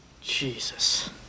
Jesus